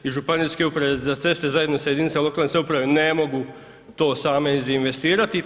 I županijske uprave za ceste zajedno sa jedinicama lokalne samouprave ne mogu to same izinvestirati.